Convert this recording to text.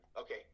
okay